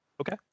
Okay